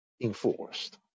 enforced